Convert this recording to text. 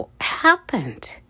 happened